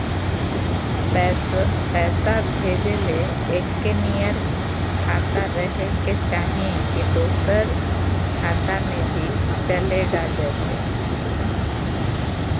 पैसा भेजे ले एके नियर खाता रहे के चाही की दोसर खाता में भी चलेगा जयते?